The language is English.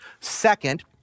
Second